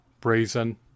brazen